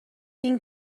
این